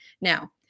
Now